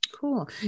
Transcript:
Cool